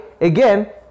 again